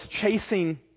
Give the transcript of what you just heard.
chasing